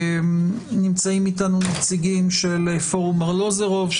נמצאים אתנו נציגים של פורום ארלוזורוב,